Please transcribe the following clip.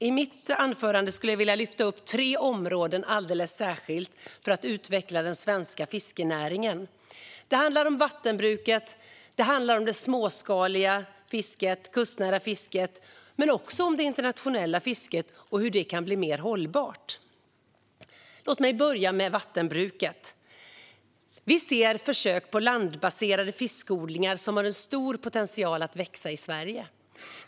I mitt anförande vill jag lyfta fram tre områden alldeles särskilt för att utveckla den svenska fiskenäringen. Det handlar om vattenbruket, om det småskaliga kustnära fisket men också om det internationella fisket och hur det kan bli mer hållbart. Låt mig börja med vattenbruket. Vi ser försök med landbaserade fiskodlingar, som har stor potential att växa i Sverige.